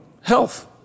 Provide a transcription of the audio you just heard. health